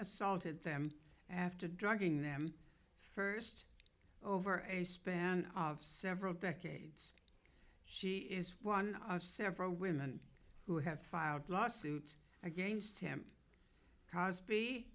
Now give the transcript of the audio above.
assaulted them and to drugging them first over a span of several decades she is one of several women who have filed lawsuits against him